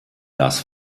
das